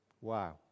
Wow